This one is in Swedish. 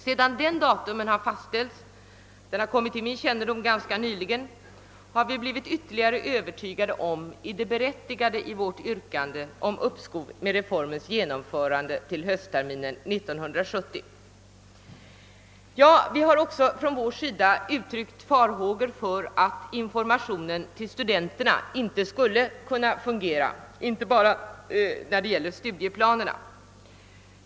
Sedan detta datum har fastställts — det har kommit till min kännedom ganska nyligen — har vi blivit ännu mera öÖvertygade om det berättigade i vårt yrkande om uppskov med reformens genomförande till höstterminen 1970. Från vår sida har vi också uttryckt farhågor för att informationen till studenterna inte skulle kunna fungera och detta inte bara beträffande studieplanerna.